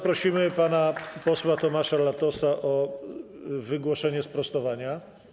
Prosimy pana posła Tomasza Latosa o wygłoszenie sprostowania.